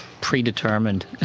Predetermined